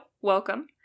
welcome